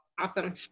Awesome